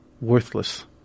worthless